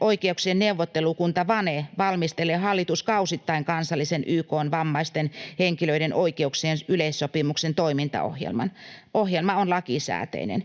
oikeuksien neuvottelukunta VANE valmistelee hallituskausittain kansallisen YK:n vammaisten henkilöiden oikeuksien yleissopimuksen toimintaohjelman. Ohjelma on lakisääteinen.